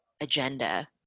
agenda